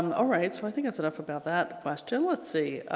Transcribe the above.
um alright so i think it's enough about that question. let's see.